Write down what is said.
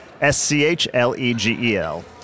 S-C-H-L-E-G-E-L